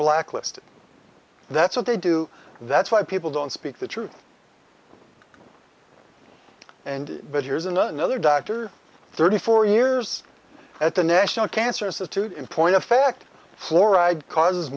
blacklisted that's what they do that's why people don't speak the truth and but here's another doctor thirty four years at the national cancer institute in point of fact fluoride causes